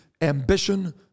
Ambition